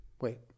Wait